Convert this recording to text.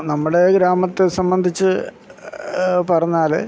നമ്മുടെ ഗ്രാമത്തെ സംബന്ധിച്ച് പറഞ്ഞാല്